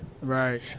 Right